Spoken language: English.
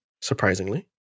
Surprisingly